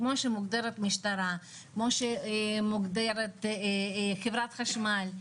כמו שמוגדרת משטרה, כמו שמוגדרת חברת החשמל,